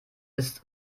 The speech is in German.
ist